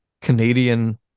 Canadian